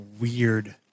weird